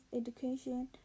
education